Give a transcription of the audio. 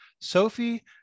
Sophie